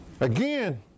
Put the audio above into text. Again